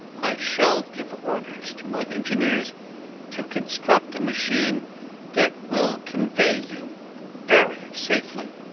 i shall give orders to my engineers to construct a machine that will convey you very safely.